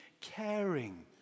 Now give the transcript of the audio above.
caring